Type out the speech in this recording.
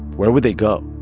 where would they go?